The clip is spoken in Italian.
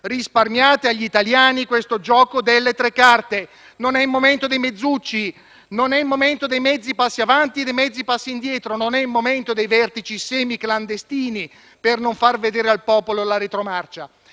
risparmiate agli italiani questo gioco delle tre carte. Non è il momento dei mezzucci, non è il momento dei mezzi passi avanti e dei mezzi passi indietro. Non è il momento dei vertici semiclandestini per non far vedere al popolo la retromarcia.